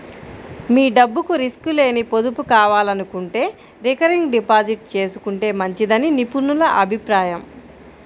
మీ డబ్బుకు రిస్క్ లేని పొదుపు కావాలనుకుంటే రికరింగ్ డిపాజిట్ చేసుకుంటే మంచిదని నిపుణుల అభిప్రాయం